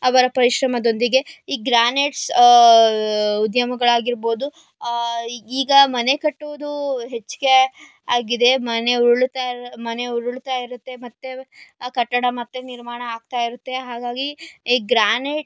ಅವರ ಪರಿಶ್ರಮದೊಂದಿಗೆ ಈ ಗ್ರಾನೈಟ್ಸ್ ಉದ್ಯಮಗಳಾಗಿರ್ಬೋದು ಈ ಈಗ ಮನೆ ಕಟ್ಟುವುದು ಹೆಚ್ಚಿಗೆ ಆಗಿದೆ ಮನೆ ಉರುಳ್ತಾ ಇರ ಮನೆ ಉರುಳ್ತಾ ಇರುತ್ತೆ ಮತ್ತೆ ಆ ಕಟ್ಟಡ ಮತ್ತೆ ನಿರ್ಮಾಣ ಆಗ್ತಾ ಇರುತ್ತೆ ಹಾಗಾಗಿ ಈ ಗ್ರಾನೈಟ್